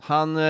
Han